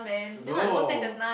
no